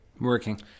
Working